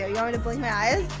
ah you know me to blink my eyes?